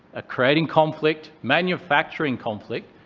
ah creating conflict, manufacturing conflict,